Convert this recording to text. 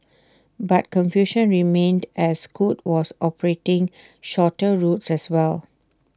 but confusion remained as scoot was operating shorter routes as well